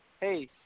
Hey